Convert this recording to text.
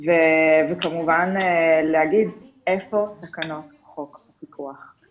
וכמובן להגיד, איפה תקנות חוק הפיקוח?